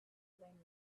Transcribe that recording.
lane